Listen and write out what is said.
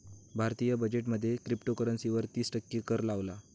भारतीय बजेट मध्ये क्रिप्टोकरंसी वर तिस टक्के कर लावला